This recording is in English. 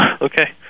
Okay